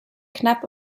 knapp